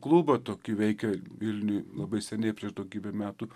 klubą tokį veikia vilniuj labai seniai prieš daugybę metų